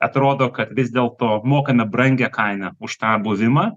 atrodo kad vis dėlto mokame brangią kainą už tą buvimą